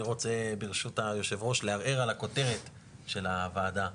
אני רוצה ברשות היו"ר לערער על הכותרת של הוועדה,